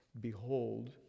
behold